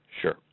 Sure